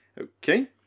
Okay